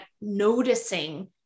noticing